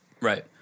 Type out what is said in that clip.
Right